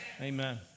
Amen